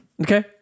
Okay